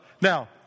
Now